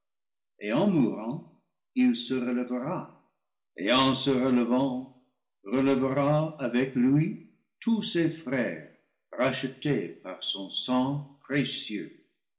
et en mourant il se relèvera et en se relevant relèvera avec lui tous ses frères rachetés par son sang précieux